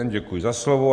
Děkuji za slovo.